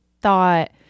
thought